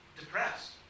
depressed